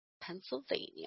Pennsylvania